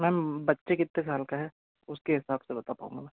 ma'am बच्चे कितने साल का है उसके हिसाब से बता पाउँगा मैं